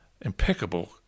impeccable